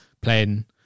playing